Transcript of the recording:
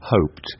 hoped